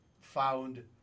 found